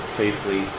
safely